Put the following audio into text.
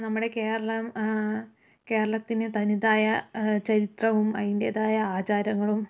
നമ്മുടെ കേരളം കേരളത്തിന് തനതായ ചരിത്രവും അതിൻ്റേതായ ആചാരങ്ങളും